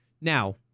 now